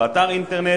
או באתר אינטרנט,